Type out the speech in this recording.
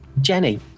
jenny